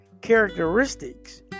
characteristics